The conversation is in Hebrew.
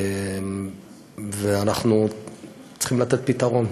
ואנחנו צריכים לתת פתרון.